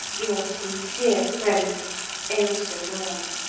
your sincere friend ailsa lorne.